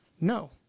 No